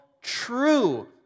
true